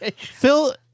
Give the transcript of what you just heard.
Phil